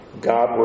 God